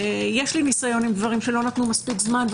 יש לי ניסיון עם דברים שלא נתנו מספיק זמן.